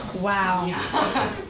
Wow